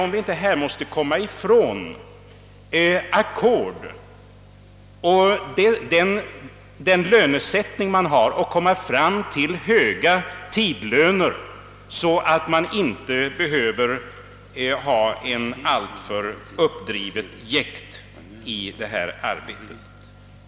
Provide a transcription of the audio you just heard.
Man måste komma ifrån ackordssystemet och i stället få höga tidlöner, så att det inte behöver förekomma ett alltför högt uppdrivet jäkt i arbetet.